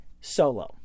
solo